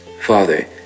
Father